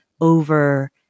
over